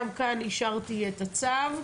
גם כאן אישרתי את הצו.